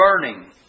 burning